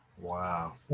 Wow